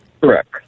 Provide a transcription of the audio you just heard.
Correct